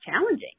challenging